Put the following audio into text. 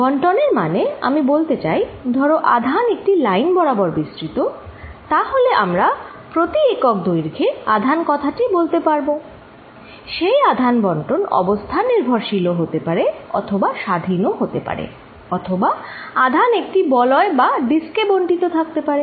বণ্টনের মানে আমি বলতে চাই ধরো আধান একটি লাইন বরাবর বিস্ত্রিততাহলে আমরা প্রতি একক দৈর্ঘ্যে আধান কথাটি বলতে পারব সেই আধান বন্টন অবস্থান নির্ভরশীল ও হতে পারে অথবা স্বাধীন ও হতে পারে অথবা আধান একটি বলয় বা ডিস্ক এ বন্টিত থাকতে পারে